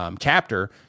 Chapter